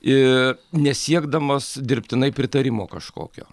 ir nesiekdamas dirbtinai pritarimo kažkokio